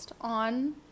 on